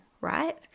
right